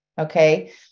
Okay